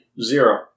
Zero